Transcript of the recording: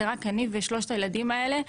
אני ושלושת הילדים האלה.